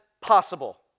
possible